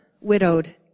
widowed